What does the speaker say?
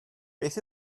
beth